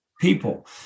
people